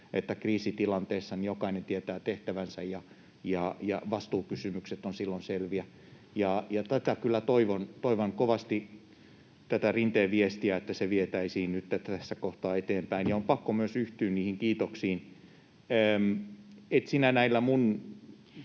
että kriisitilanteessa jokainen tietää tehtävänsä ja vastuukysymykset ovat silloin selviä. Toivon kyllä kovasti, että tätä Rinteen viestiä vietäisiin nytten tässä kohtaa eteenpäin. On pakko myös yhtyä niihin kiitoksiin.